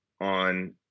on